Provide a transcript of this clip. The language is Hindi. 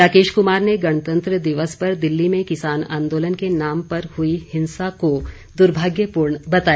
राकेश कुमार ने गणतंत्र दिवस पर दिल्ली में किसान आंदोलन के नाम पर हुई हिंसा को दुर्भाग्यपूर्ण बताया